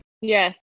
Yes